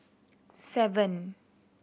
seven